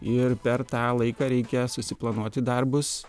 ir per tą laiką reikia susiplanuoti darbus